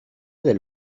del